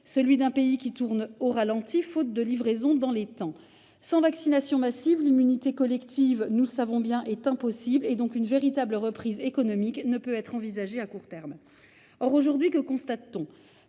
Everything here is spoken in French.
celui d'un pays qui tourne au ralenti faute de livraisons dans les temps ! Sans vaccination massive, l'immunité collective- nous le savons bien -est impossible et une véritable reprise économique ne peut donc être envisagée à court terme. Or, aujourd'hui, que constate-t-on ?